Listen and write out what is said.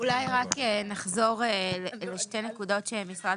אולי רק נחזור לשתי נקודות שמשרד